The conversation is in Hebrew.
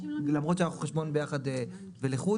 למרות שהם חשבון ביחד ולחוד,